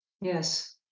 Yes